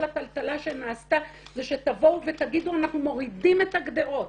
הטלטלה שנעשתה זה שתבואו ותגידו אנחנו מורידים את הגדרות,